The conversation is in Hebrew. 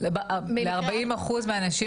ל-40 אחוז מהנשים